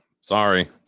sorry